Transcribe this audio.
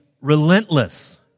relentless